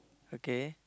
okay